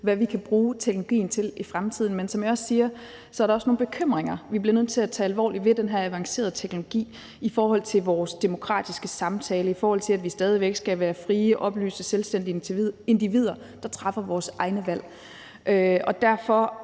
hvad vi kan bruge teknologien til i fremtiden. Men som jeg også siger, er der også nogle bekymringer ved den her avancerede teknologi, som vi bliver nødt til at tage alvorligt i forhold til vores demokratiske samtale, og i forhold til at vi stadig væk skal være frie, oplyste og selvstændige individer, der træffer vores egne valg. Derfor